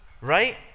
Right